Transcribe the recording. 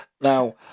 Now